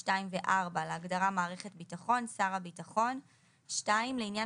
(2) ו-(4) להגדרה "מערכת הביטחון" שר הביטחון; (2)לעניין